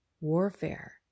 warfare